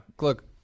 Look